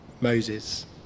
Moses